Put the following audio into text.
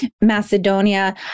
Macedonia